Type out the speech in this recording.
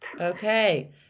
Okay